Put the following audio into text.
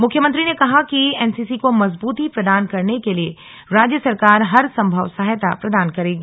मुख्यमंत्री ने कहा कि एनसीसी को मजबूती प्रदान करने के लिए राज्य सरकार हर सम्भव सहायता प्रदान करेगी